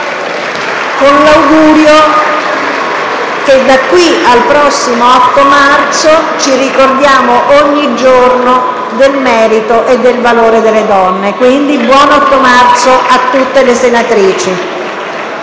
con l’auspicio, da qui al prossimo 8 marzo, di ricordarci ogni giorno del merito e del valore delle donne. Buon 8 marzo a tutte le senatrici.